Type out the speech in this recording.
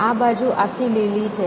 આ બાજુ આખી લીલી છે